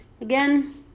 again